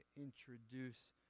introduce